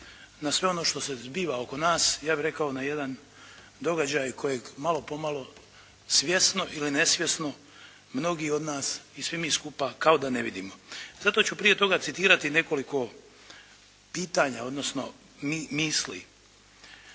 na sve ono što se zbiva oko nas, ja bih rekao na jedan događaj kojeg malo po malo svjesno ili nesvjesno mnogi od nas i svi mi skupa kao da ne vidimo. Zato ću prije toga citirati nekoliko pitanja odnosno misli.